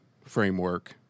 framework